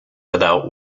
without